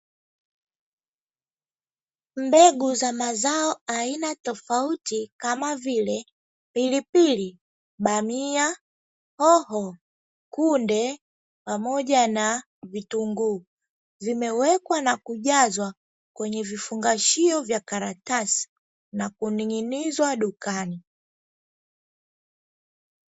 Mbegu za mazao aina tofauti kama vile pilipili, bamia, hoho, kunde pamoja na vitunguu vimewekwa na kujazwa kwenye vifungashio vya karatasi, na kuning'inizwa dukani.